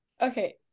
Okay